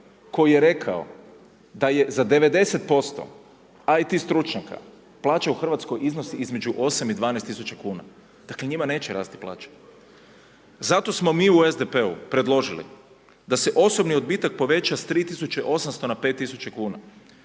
koji je rekao da je za 90% IT stručnjaka plaća u Hrvatskoj iznosi između 8.000 i 12.000 kuna, dakle njima neće rasti plaća. Zato smo mi u SDP-u predložili da se osobni odbitak poveća s 3.800 na 5.000 kuna,